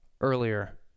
earlier